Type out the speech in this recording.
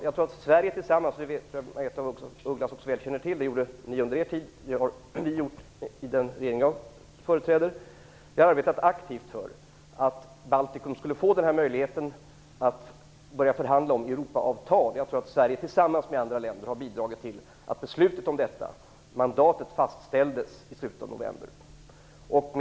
Margaretha af Ugglas känner väl till - ni arbetade så under er tid, vi gör så i den regering jag företräder - att Sverige arbetat aktivt för att Baltikum skall få möjligheten att börja förhandla om Europaavtal. Jag tror att Sverige tillsammans med andra länder har bidragit till att beslutet om detta mandat fastställdes i slutet av november.